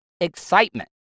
excitement